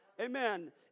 Amen